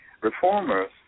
Reformers